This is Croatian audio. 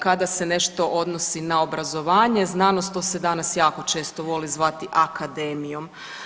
Kada se nešto odnosi na obrazovanje i znanost, to se danas jako često voli zvati akademijom.